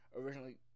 originally